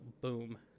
boom